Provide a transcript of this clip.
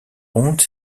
ronde